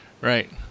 Right